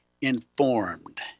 informed